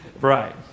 Right